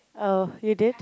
oh you did